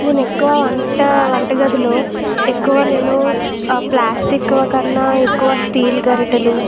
నేను ఎక్కువ వంట వంటగదిలో ఎక్కువ నేను ప్లాస్టిక్ కన్నా ఎక్కువ స్టీల్ గరిటలు